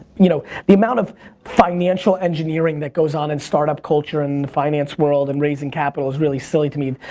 you know, the amount of financial engineering that goes on in startup culture and the finance world and raising capital is really silly to me.